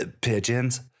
Pigeons